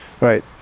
Right